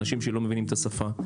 אנשים שלא מבינים את השפה.